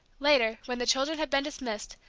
later, when the children had been dismissed,